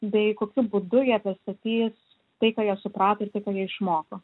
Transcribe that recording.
bei kokiu būdu jie pristatys tai ką jie suprato ir tai ką jie išmoko